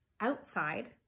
outside